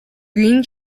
green